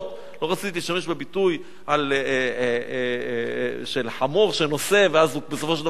לא רציתי להשתמש בביטוי של חמור שנושא ואז בסופו של דבר הוא כורע,